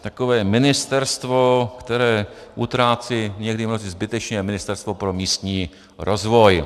Takové ministerstvo, které utrácí někdy mnohdy zbytečně, je Ministerstvo pro místní rozvoj.